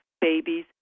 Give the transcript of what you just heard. babies